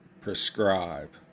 prescribe